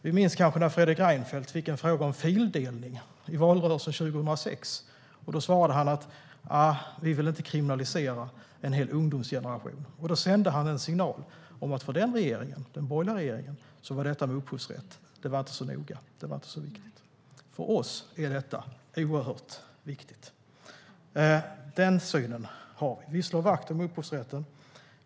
Ni minns kanske när Fredrik Reinfeldt fick en fråga om fildelning i valrörelsen 2006 och svarade: Vi vill inte kriminalisera en hel ungdomsgeneration. Då sände han en signal att för den regeringen, den borgerliga regeringen, var detta med upphovsrätt inte så noga, inte så viktigt. För oss är detta oerhört viktigt. Den synen har vi. Vi slår vakt om upphovsrätten.